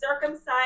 Circumcised